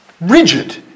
rigid